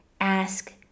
Ask